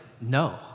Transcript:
no